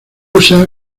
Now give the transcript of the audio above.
usa